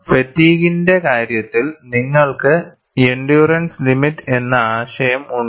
ഫാറ്റിഗ്ഗിന്റെ കാര്യത്തിൽ നിങ്ങൾക്ക് endurance limit എന്ന ആശയം ഉണ്ട്